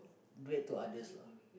duet to others lah